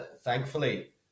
Thankfully